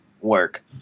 work